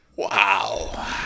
wow